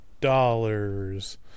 dollars